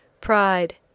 Pride